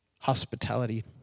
hospitality